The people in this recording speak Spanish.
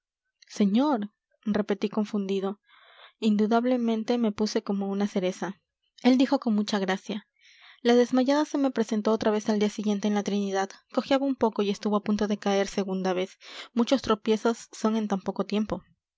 señor repetí confundido indudablemente me puse como una cereza él dijo con mucha gracia la desmayada se me presentó otra vez al día siguiente en la trinidad cojeaba un poco y estuvo a punto de caer segunda vez muchos tropiezos son en tan poco tiempo